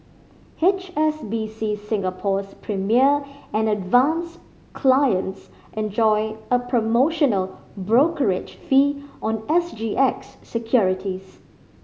H S B C Singapore's Premier and Advance clients enjoy a promotional brokerage fee on S G X securities